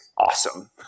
awesome